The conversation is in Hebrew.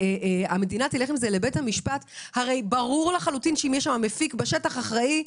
אם המדינה תלך עם זה לבית המשפט ברור לחלוטין שאם יש מפיק אחראי בשטח,